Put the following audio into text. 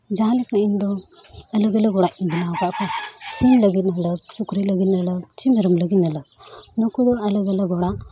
ᱡᱟᱦᱟᱸᱞᱮᱠᱟ ᱤᱧᱫᱚ ᱟᱞᱮ ᱜᱮ ᱜᱚᱲᱟ ᱞᱮ ᱵᱮᱱᱟᱣ ᱟᱠᱟᱫ ᱠᱚᱣᱟ ᱥᱤᱢ ᱞᱟᱹᱜᱤᱫ ᱟᱞᱟᱜᱽ ᱥᱩᱠᱨᱤ ᱞᱟᱹᱜᱤᱫ ᱟᱞᱟᱜᱽ ᱪᱮ ᱢᱮᱨᱚᱢ ᱞᱟᱹᱜᱤᱫ ᱟᱞᱟᱜᱽ ᱱᱩᱠᱩ ᱫᱚ ᱟᱞᱟᱫᱟᱼᱟᱞᱟᱫᱟ ᱚᱲᱟᱜ